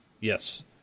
Yes